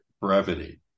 brevity